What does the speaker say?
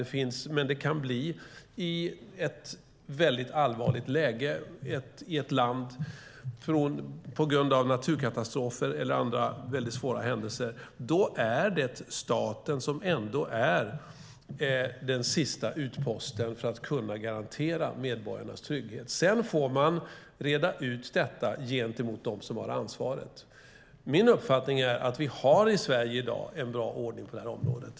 Men i ett land kan det bli ett väldigt allvarligt läge på grund av naturkatastrofer eller andra väldigt svåra händelser. Då är staten den sista utposten när det gäller att kunna garantera medborgarnas trygghet. Sedan får man reda ut det hela gentemot dem som har ansvaret. Min uppfattning är att vi i Sverige i dag har en bra ordning på området.